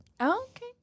Okay